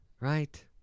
Right